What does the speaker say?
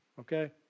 okay